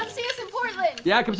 um see us in portland, yeah